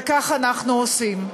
וכך אנחנו עושים.